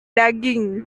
daging